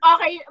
Okay